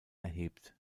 erhebt